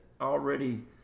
already